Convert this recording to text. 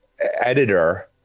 editor